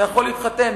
אתה יכול להתחתן,